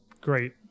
Great